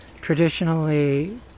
traditionally